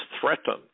threaten